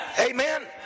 amen